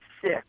sick